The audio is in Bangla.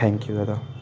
থ্যাংক ইউ দাদা